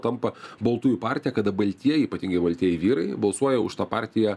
tampa baltųjų partija kada baltieji ypatingai baltieji vyrai balsuoja už tą partiją